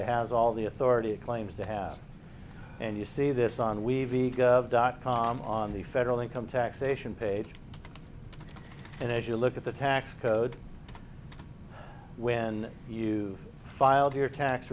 it has all the authority it claims to have and you see this on we've ego dot com on the federal income taxation page and as you look at the tax code when you filed your tax